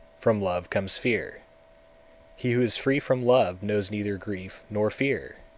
from love comes fear he who is free from love knows neither grief nor fear.